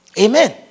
Amen